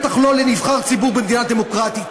בטח לא לנבחר ציבור במדינה דמוקרטית.